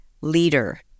leader